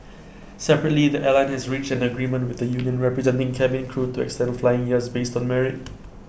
separately the airline has reached an agreement with the union representing cabin crew to extend flying years based on merit